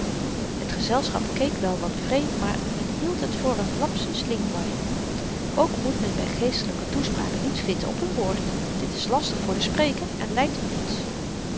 t gezelschap keek wel wat vreemd maar men hield het voor n lapsus linguae ook moet men by geestelyke toespraken niet vitten op n woord dit is lastig voor den spreker en leidt tot niets